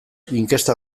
inkesta